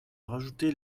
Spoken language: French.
rajouter